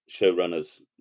showrunners